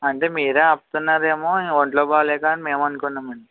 అంటే మీరే ఆపుతున్నారేమో ఒంట్లో బాగలేక అని మేము అనుకున్నాం అండి